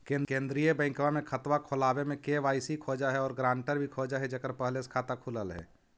केंद्रीय बैंकवा मे खतवा खोलावे मे के.वाई.सी खोज है और ग्रांटर भी खोज है जेकर पहले से खाता खुलल है?